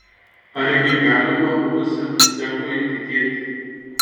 argi galima buvusiam zekui tikėti